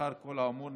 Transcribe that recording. לאחר כל האמור,